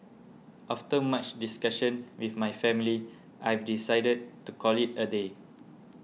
after much discussion with my family I've decided to call it a day